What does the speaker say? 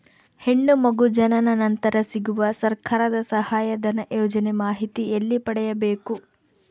ಹೆಣ್ಣು ಮಗು ಜನನ ನಂತರ ಸಿಗುವ ಸರ್ಕಾರದ ಸಹಾಯಧನ ಯೋಜನೆ ಮಾಹಿತಿ ಎಲ್ಲಿ ಪಡೆಯಬೇಕು?